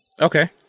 Okay